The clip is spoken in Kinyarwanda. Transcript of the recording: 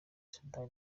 sudan